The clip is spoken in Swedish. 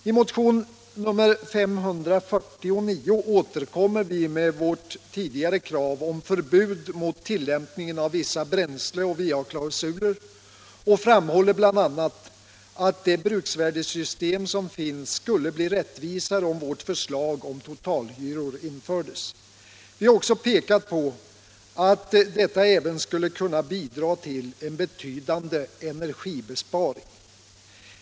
I motionen 549 återkommer vi med vårt tidigare krav om förbud mot tillämpningen av vissa bränsleoch va-klausuler och framhåller bl.a. att det bruksvärdessystem som finns skulle bli rättvisare om vårt förslag om totalhyror infördes. Vi har också pekat på att detta även skulle kunna bidra till en betydande energibesparing.